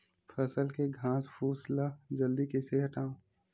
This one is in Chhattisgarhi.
फसल के घासफुस ल जल्दी कइसे हटाव?